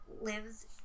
lives